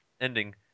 ending